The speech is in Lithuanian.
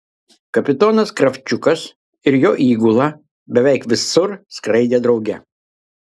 kapitonas kravčiukas ir jo įgula beveik visur skraidė drauge